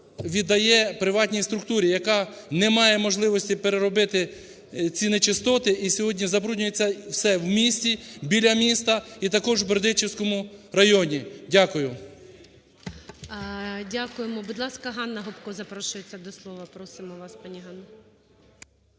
віддає приватній структурі, яка не має можливості переробити ці нечистоти, і сьогодні забруднюється все в місті, біля міста і також в Бердичівському районі. Дякую. ГОЛОВУЮЧИЙ. Дякуємо. Будь ласка, ГаннаГопко запрошується до слова. Просимо вас, пані Ганно.